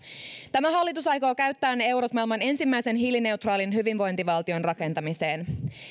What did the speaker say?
tämä hallitus aikoo käyttää ne eurot maailman ensimmäisen hiilineutraalin hyvinvointivaltion rakentamiseen